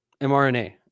MRNA